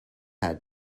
had